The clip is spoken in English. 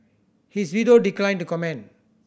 his widow declined to comment